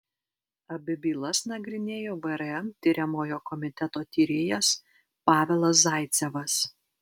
abi bylas nagrinėjo vrm tiriamojo komiteto tyrėjas pavelas zaicevas